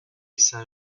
saint